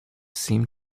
seemed